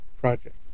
project